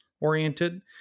oriented